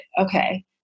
Okay